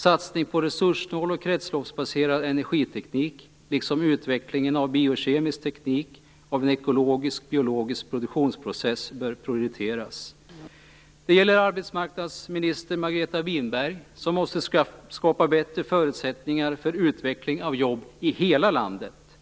Satsning på resurssnål och kretsloppsbaserad energiteknik liksom utvecklingen av biokemisk teknik och av en ekologisk-biologisk produktionsprocess bör prioriteras. Det gäller arbetsmarkandsminister Margareta Winberg, som måste skapa bättre förutsättningar för utveckling av nya jobb i hela landet. Vi